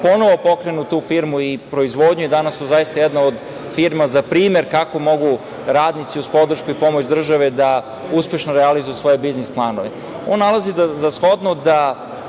ponovo pokrenu tu firmu i proizvodnju i danas su zaista jedna od firmi za primer kako mogu radnici uz podršku i pomoć države da uspešno realizuju svoje biznis planove. On nalazi za shodno da,